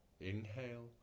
Inhale